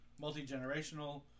Multi-generational